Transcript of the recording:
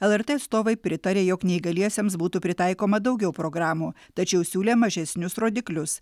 lrt atstovai pritarė jog neįgaliesiems būtų pritaikoma daugiau programų tačiau siūlė mažesnius rodiklius